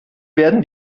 werden